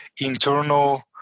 internal